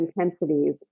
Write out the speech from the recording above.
intensities